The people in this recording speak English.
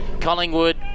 Collingwood